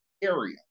area